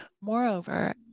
Moreover